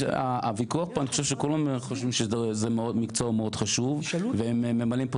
אני חושב שכולם פה חושבים שזה מקצוע מאוד חשוב והם ממלאים פה